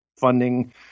funding –